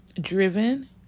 driven